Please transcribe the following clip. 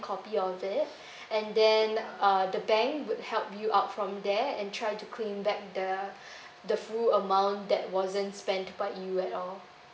copy of it and then uh the bank would help you out from there and try to claim back the the full amount that wasn't spent by you at all